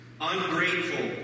ungrateful